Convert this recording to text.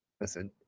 Listen